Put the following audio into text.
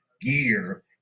gear